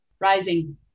rising